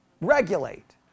regulate